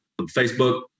facebook